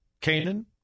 Canaan